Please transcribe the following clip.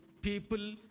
people